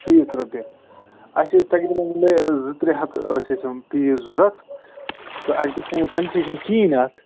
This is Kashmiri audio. شیٖتھ رۅپیہِ اَسہِ أسۍ تقریٖبن یِمَے زٕ ترٛےٚ ہتھ ٲسۍ اَسہِ یِم پیٖس ضروٗرت تہٕ اَسہِ گَژھِ نا وُ کنسیٚشن کِہیٖنٛۍ اَتھ